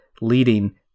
leading